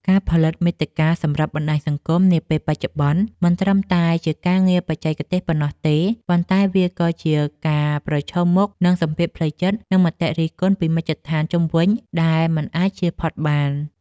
ការផលិតមាតិកាសម្រាប់បណ្ដាញសង្គមនាពេលបច្ចុប្បន្ន មិនត្រឹមតែជាការងារបច្ចេកទេសប៉ុណ្ណោះទេ ប៉ុន្តែវាក៏ជាការប្រឈមមុខនឹងសម្ពាធផ្លូវចិត្ត និងមតិរិះគន់ពីមជ្ឈដ្ឋានជុំវិញដែលមិនអាចជៀសផុតបាន។